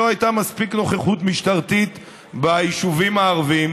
לא הייתה מספיק נוכחות משטרתית ביישובים הערביים,